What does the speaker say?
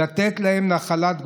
לתת להם נחלת גוים",